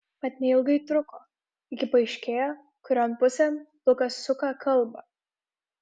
mat neilgai truko iki paaiškėjo kurion pusėn lukas suka kalbą